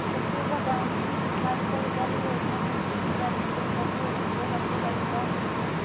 कस्तूरबा गांधी बालिका विद्यालय योजना अनुसूचित जाति, जनजाति व पिछड़े वर्ग की बालिकाओं के लिए है